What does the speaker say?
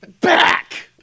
back